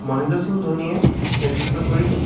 মহেন্দ্ৰ সিং ধোনীয়ে নেতৃত্ব কৰিব